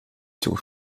九龙